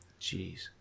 Jeez